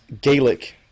Gaelic